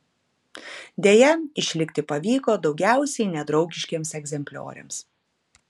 deja išlikti pavyko daugiausiai nedraugiškiems egzemplioriams